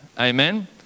Amen